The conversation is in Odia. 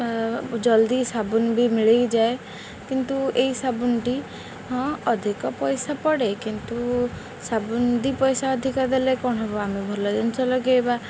ଜଲ୍ଦି ସାବୁନ ବି ମିଳେଇଯାଏ କିନ୍ତୁ ଏହି ସାବୁନଟି ହଁ ଅଧିକ ପଇସା ପଡ଼େ କିନ୍ତୁ ସାବୁନ ଦୁଇ ପଇସା ଅଧିକା ଦେଲେ କ'ଣ ହେବ ଆମେ ଭଲ ଜିନିଷ ଲଗାଇବା